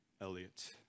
Elliott